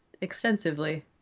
extensively